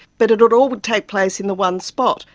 but it all would take place in the one spot.